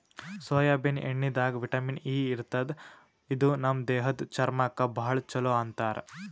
soybean ಎಣ್ಣಿದಾಗ್ vitamin E ಇರ್ತದ್ ಇದು ನಮ್ ದೇಹದ್ದ್ ಚರ್ಮಕ್ಕಾ ಭಾಳ್ ಛಲೋ ಅಂತಾರ್